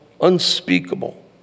unspeakable